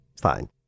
Fine